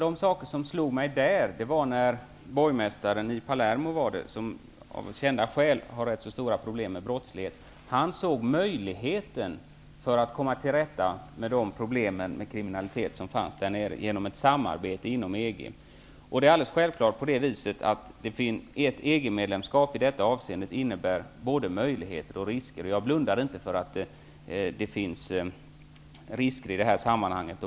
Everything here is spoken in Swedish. En sak som slog mig där var när borgmästaren i Palermo, som av kända skäl har ganska stora problem med brottslighet, såg möjligheten att komma till rätta med problemen med kriminaliteten genom ett samarbete inom EG. Självfallet innebär ett EG-medlemskap i detta avseende både möjligheter och risker. Jag blundar inte för att det finns risker i detta sammanhang.